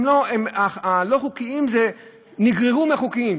הלא-חוקיים נגררו מהחוקיים,